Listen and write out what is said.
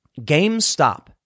GameStop